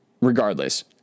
regardless